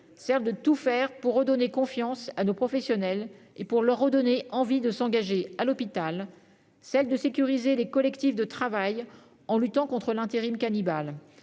est de tout faire pour redonner confiance à nos professionnels et leur redonner envie de s'engager à l'hôpital. Il s'agit aussi de sécuriser les collectifs de travail en luttant contre l'intérim cannibale.